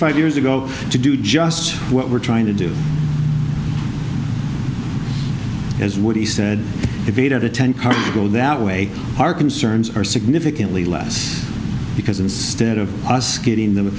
five years ago to do just what we're trying to do as what he said it needed a ten car to go that way our concerns are significantly less because instead of us getting them